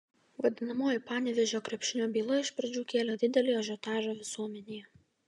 vadinamoji panevėžio krepšinio byla iš pradžių kėlė didelį ažiotažą visuomenėje